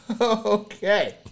Okay